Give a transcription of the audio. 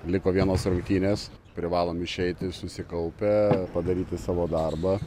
liko vienos rungtynės privalom išeiti susikaupę padaryti savo darbą